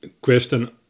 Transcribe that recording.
Question